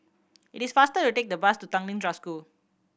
it is faster to take the bus Tanglin Trust School